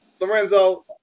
Lorenzo